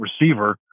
receiver